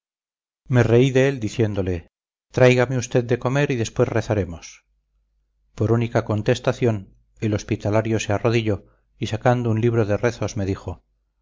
me reí de él diciéndole tráigame usted de comer y después rezaremos por única contestación el hospitalario se arrodilló y sacando un libro de rezos me dijo